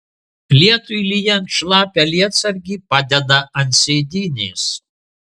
lietui lyjant šlapią lietsargį padeda ant sėdynės